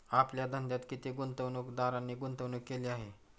आपल्या धंद्यात किती गुंतवणूकदारांनी गुंतवणूक केली आहे?